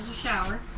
shower